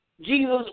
Jesus